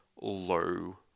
low